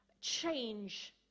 change